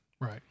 right